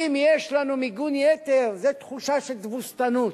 אם יש לנו מיגון יתר, זה תחושה של תבוסתנות.